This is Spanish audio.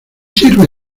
sirve